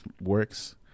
works